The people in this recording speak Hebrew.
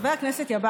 חבר הכנסת יברקן,